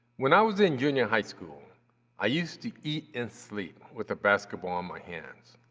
when i was in junior high school i used to eat and sleep with a basketball in my hands.